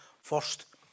first